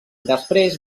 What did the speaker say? després